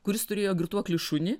kuris turėjo girtuoklį šunį